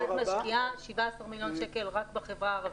הרלב"ד משקיעה 17 מיליון שקלים רק בחברה הערבית.